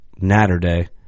Natterday